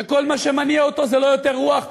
שכל מה שמניע אותו זה לא יותר מרוח,